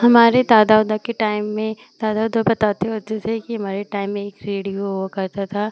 हमारे दादा उदा के टाइम में दादा उदा बताते होते थे कि हमारे टाइम में एक रेडियो हुआ करता था